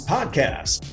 Podcast